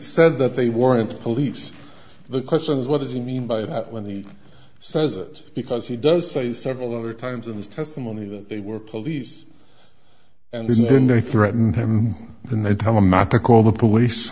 said that they weren't police the question is what does he mean by that when he says that because he does say several other times in his testimony that they were police and then they threaten him when they tell him not to call the police